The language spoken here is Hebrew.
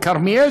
כרמיאל